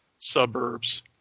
suburbs